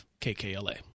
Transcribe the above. KKLA